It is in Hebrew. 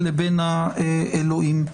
לבין האלוהים.